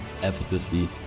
effortlessly